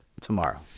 tomorrow